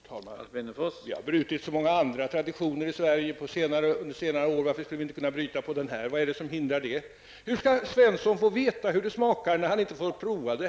Herr talman! Vi har brutit så många andra traditioner i Sverige under senare år. Varför skulle vi inte kunna bryta den här? Vad hindrar det? Hur skall Svensson få veta hur det smakar när han inte får prova det?